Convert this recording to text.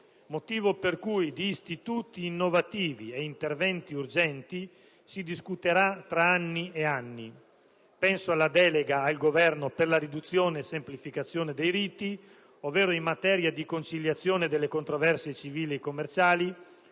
motivi, di istituti innovativi e di interventi urgenti si discuterà tra anni e anni: penso alla delega al Governo per la riduzione e semplificazione dei riti, ovvero in materia di conciliazione delle controversie civili e commerciali,